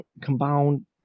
combined